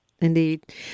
Indeed